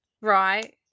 Right